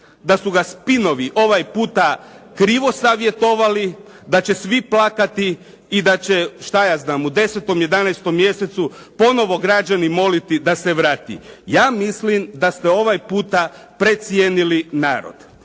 da su ga spinovi ovaj puta krivo savjetovali da će svi plakati i da će u 10., 11. mjesecu ponovo građani moliti da se vrati. Ja mislim da ste ovaj puta precijenili narod.